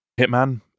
Hitman